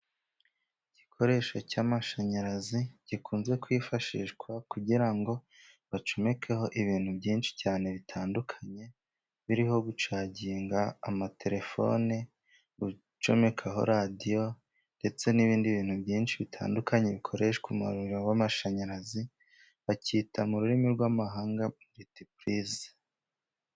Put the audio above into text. Igikoresho cy'amashanyarazi gikunze kwifashishwa kugira ngo bacomekeho ibintu byinshi cyane bitandukanye biriho gucangiga amatelefone, gucomekaho radiyo, ndetse n'ibindi bintu byinshi bitandukanye bikoreshwa umuriro w'amashanyarazi. Bacyita mu rurimi rw'amahanga militipurize.